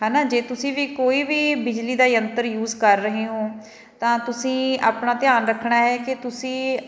ਹੈ ਨਾ ਜੇ ਤੁਸੀਂ ਵੀ ਕੋਈ ਵੀ ਬਿਜਲੀ ਦਾ ਯੰਤਰ ਯੂਜ ਕਰ ਰਹੇ ਹੋ ਤਾਂ ਤੁਸੀਂ ਆਪਣਾ ਧਿਆਨ ਰੱਖਣਾ ਹੈ ਕਿ ਤੁਸੀਂ